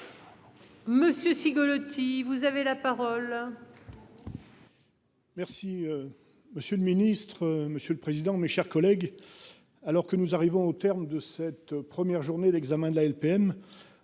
Monsieur Cigolotti vous avez la parole.